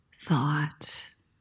thoughts